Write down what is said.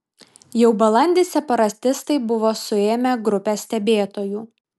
jau balandį separatistai buvo suėmę grupę stebėtojų